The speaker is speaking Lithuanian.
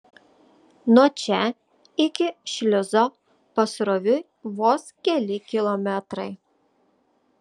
nuo čia iki šliuzo pasroviui vos keli kilometrai